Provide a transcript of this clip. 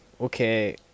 okay